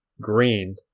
green